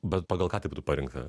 bet pagal ką tai būtų parinkta